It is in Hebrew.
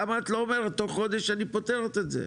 למה את לא אומרת בתוך חודש אני פותרת את זה?